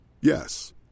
Yes